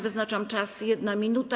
Wyznaczam czas - 1 minuta.